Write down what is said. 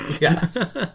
Yes